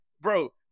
Bro